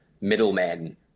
middlemen